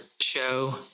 show